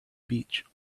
beach